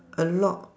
a lot